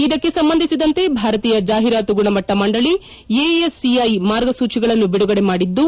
ಇದಕ್ಕೆ ಸಂಬಂಧಿಸಿದಂತೆ ಭಾರತೀಯ ಜಾಹೀರಾತು ಗುಣಮಟ್ಟ ಮಂಡಳಿ ಎಎಸ್ಸಿಐ ಮಾರ್ಗಸೂಚಿಗಳನ್ನು ಬಿಡುಗಡೆ ಮಾಡಿದ್ದು